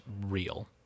real